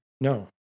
No